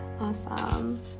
Awesome